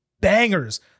bangers